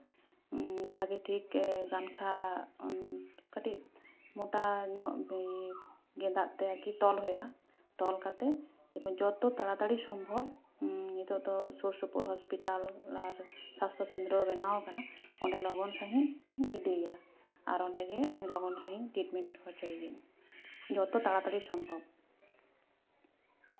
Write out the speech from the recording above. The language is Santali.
ᱵᱷᱟᱜᱤ ᱴᱷᱤᱠ ᱜᱟᱢᱪᱷᱟ ᱠᱟᱹᱴᱤᱡ ᱢᱚᱴᱟ ᱧᱚᱜ ᱜᱮᱸᱫᱟᱜ ᱛᱮ ᱟᱨᱠᱤ ᱛᱚᱞ ᱦᱩᱭᱩᱜᱼᱟ ᱛᱚᱞ ᱠᱟᱛᱮᱫ ᱡᱚᱛᱚ ᱛᱟᱲᱟᱛᱟᱲᱤ ᱥᱚᱢᱵᱷᱚᱵ ᱱᱤᱛᱳᱜ ᱫᱚ ᱥᱩᱨ ᱥᱩᱯᱩᱨ ᱦᱚᱸᱥᱯᱤᱴᱟᱞ ᱟᱨ ᱥᱟᱥᱛᱷᱚ ᱠᱮᱱᱫᱨᱚ ᱵᱮᱱᱟᱣ ᱟᱠᱟᱱᱟ ᱚᱸᱰᱮ ᱞᱚᱜᱚᱱ ᱥᱟᱺᱦᱤᱡ ᱤᱫᱤᱭᱮᱭᱟ ᱟᱨ ᱚᱸᱰᱮ ᱜᱮ ᱞᱚᱜᱚᱱ ᱥᱟᱺᱦᱤᱡ ᱴᱨᱤᱴᱢᱮᱱᱴ ᱦᱚᱪᱚᱭᱤᱭᱟᱹᱧ ᱡᱚᱛᱚ ᱛᱟᱲᱟᱛᱟᱲᱤ ᱥᱚᱢᱵᱷᱚᱵ